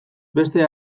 beste